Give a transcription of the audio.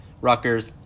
Rutgers